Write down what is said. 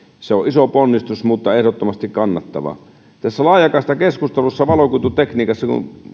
se on iso ponnistus mutta ehdottomasti kannattava tässä laajakaistakeskustelussa kun valokuitutekniikasta